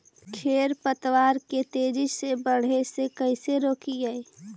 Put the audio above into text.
खर पतवार के तेजी से बढ़े से कैसे रोकिअइ?